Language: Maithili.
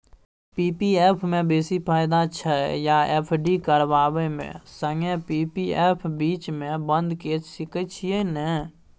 पी.पी एफ म बेसी फायदा छै या एफ.डी करबै म संगे पी.पी एफ बीच म बन्द के सके छियै न?